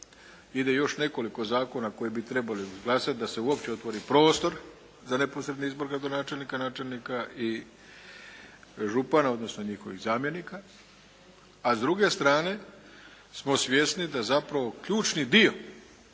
ide još nekoliko zakona koje bi trebali izglasati da se uopće otvori prosto za neposredni izbor gradonačelnika, načelnika i župana odnosno njihovih zamjenika, a s druge strane smo svjesni da zapravo ključni dio